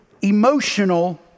emotional